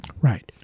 Right